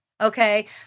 Okay